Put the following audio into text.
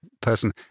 person